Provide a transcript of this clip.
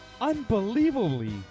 unbelievably